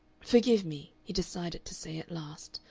forgive me, he decided to say at last,